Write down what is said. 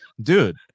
dude